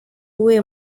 uwuhe